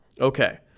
Okay